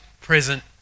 present